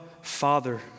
Father